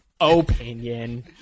opinion